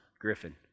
Griffin